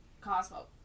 Cosmo